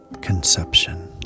Conception